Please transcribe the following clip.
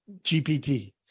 GPT